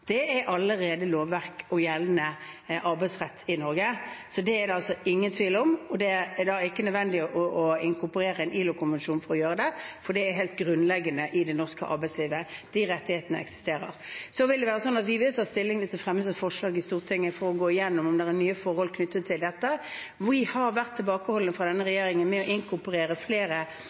Det er allerede lovverk og gjeldende arbeidsrett i Norge. Det er det altså ingen tvil om, og det er ikke nødvendig å inkorporere en ILO-konvensjon for å gjøre det, for det er helt grunnleggende i det norske arbeidslivet. De rettighetene eksisterer. Så vil vi ta stilling hvis det fremmes et forslag i Stortinget for å gå igjennom om det er nye forhold knyttet til dette. Vi har fra denne regjeringen vært tilbakeholdende med å inkorporere flere